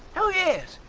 oh yes.